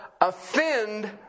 offend